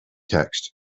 text